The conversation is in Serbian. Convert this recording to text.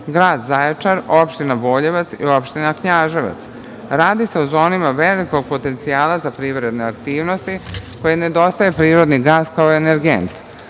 grad Zaječar, opština Boljevac i opština Knjaževac. Radi se o zonama velikog potencijala za privredne aktivnosti kojima nedostaje prirodni gas kao energent.